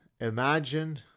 Imagine